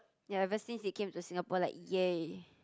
ya ever since it came to Singapore like yay